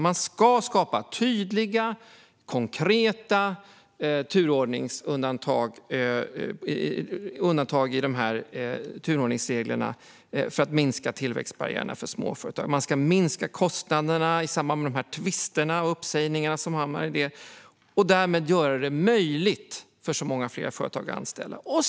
Man ska skapa tydliga och konkreta undantag i dessa turordningsregler för att minska tillväxtbarriärerna för småföretag. Man ska minska kostnaderna i samband med tvister och uppsägningar och därmed göra det möjligt för många fler företag att anställa.